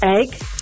Egg